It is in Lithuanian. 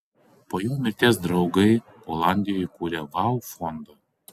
po jo mirties draugai olandijoje įkūrė vau fondą